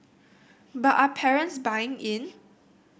but are parents buying in